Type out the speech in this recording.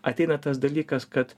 ateina tas dalykas kad